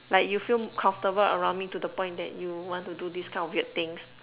like you feel comfortable around me to the point that you want to do this kind of weird things